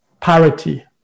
parity